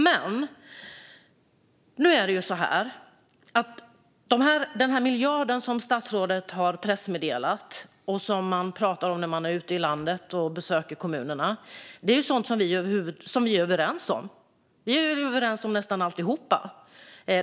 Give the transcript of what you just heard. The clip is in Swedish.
Den miljard som statsrådet har talat om i ett pressmeddelande och som man pratar om när man är ute i landet och besöker kommunerna gäller sådant som vi är överens om. Vi är överens om nästan allt.